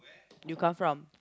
you come from